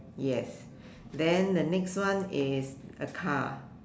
yes then the next one is a car